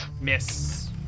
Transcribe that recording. Miss